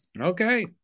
okay